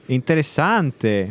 Interessante